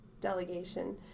delegation